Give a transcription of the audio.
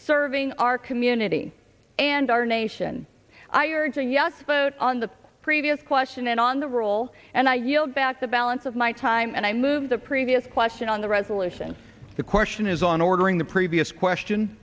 serving our community and our nation irons and yes vote on the previous question and on the roll and i yield back the balance of my time and i move the previous question on the resolution the question is on ordering the previous question